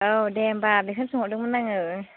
औ दे होमबा बेखौनो सोंहरदोंमोन आङो